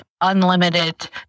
unlimited